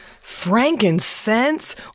Frankincense